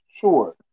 sure